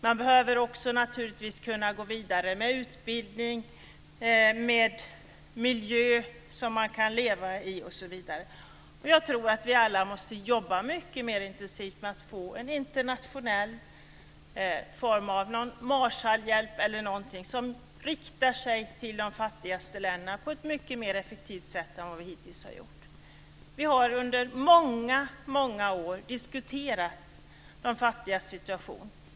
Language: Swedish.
Man behöver naturligtvis också gå vidare med utbildning, livsmiljö osv. Jag tror att vi alla måste jobba mycket mer intensivt med att få en internationell hjälp, kanske någon form av Marshallhjälp, som riktar sig till de fattigaste länderna på ett mycket mer effektivt sätt än vad som sker i dag. Under många år har vi diskuterat de fattigas situation.